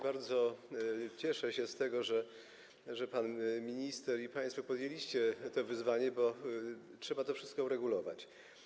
Bardzo się cieszę z tego, że pan minister i państwo podjęliście to wyzwanie, bo trzeba to wszystko uregulować.